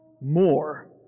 more